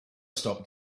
stop